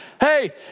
Hey